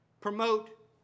Promote